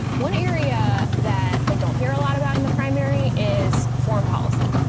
one area that i don't hear a lot about in the primary is foreign policy.